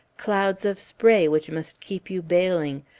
clouds of spray which must keep you baling,